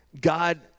God